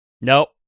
Nope